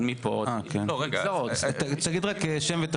אבל מפה צריך להתקדם.